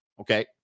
okay